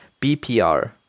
BPR